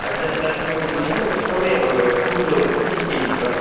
اَسہِ درٛایہِ تقریٖباً مشروٗم حظ چھِ کَمٕے two to three K G bus